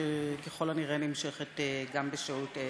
שככל הנראה נמשכת גם בשעות האלה.